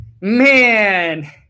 man